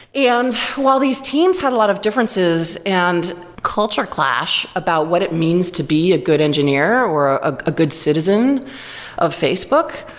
and while these teams have a lot of differences and culture clash about what it means to be a good engineer, or ah ah a good citizen of facebook,